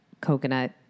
coconut